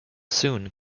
soon